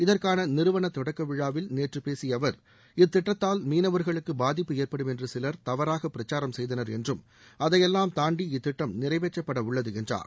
இதற்கான நிறுவன தொடக்க விழாவில் நேற்று பேசிய அவர் இத்திட்டத்தால் மீனவர்களுக்கு பாதிப்பு ஏற்படும் என்று சிலர் தவறாக பிரச்சாரம் செய்தனர் என்றும் அதையெல்லாம் தாண்டி இத்திட்டம் நிறைவேற்றப்படவுள்ளது என்றார்